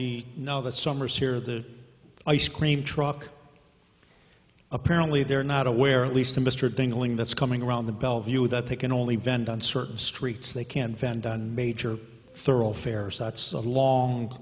the now that summer's here the ice cream truck apparently they're not aware at least the mr dangling that's coming around the bellevue that they can only vent on certain streets they can vent on major thoroughfares that's a long